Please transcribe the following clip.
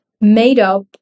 made-up